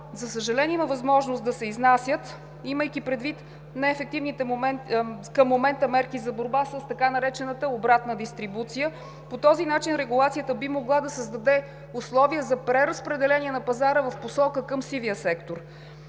за съжаление, има възможност да се изнасят, имайки предвид неефективните към момента мерки за борба с така наречената „обратна дистрибуция“. По този начин регулацията би могла да създаде условия за преразпределение на пазара в посока към сивия сектор.